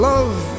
Love